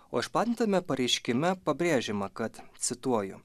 o išplatintame pareiškime pabrėžiama kad cituoju